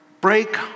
break